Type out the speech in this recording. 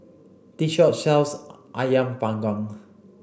this shop sells Ayam panggang